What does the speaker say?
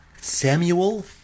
Samuel